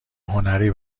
هنری